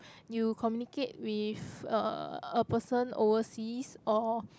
you communicate with uh a person overseas or